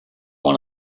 one